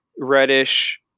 Reddish